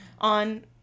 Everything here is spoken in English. on